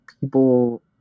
people